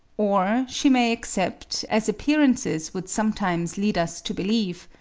or she may accept, as appearances would sometimes lead us to believe,